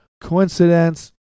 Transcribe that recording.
coincidence